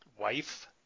wife